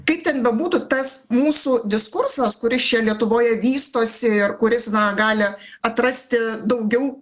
kaip ten bebūtų tas mūsų diskursas kuris čia lietuvoje vystosi ir kuris gali atrasti daugiau